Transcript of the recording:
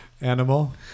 animal